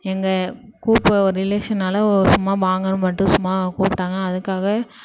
எங்கள் கூப்ப ரிலேஷனால் சும்மா வாங்கன்னு மட்டும் சும்மா கூப்பிட்டாங்க அதுக்காக